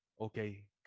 okay